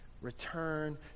return